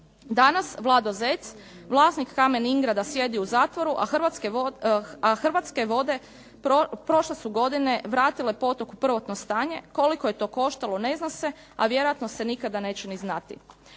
Danas Vlado Zec, vlasnik Kamen-ingrada sjedi u zatvoru, a Hrvatske vode prošle su godine vratile potok u prvotno stanje. Koliko je to koštalo ne zna, a vjerojatno se nikada neće ni znati.